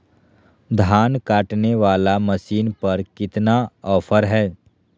धान काटने वाला मसीन पर कितना ऑफर हाय?